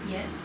Yes